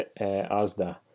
Asda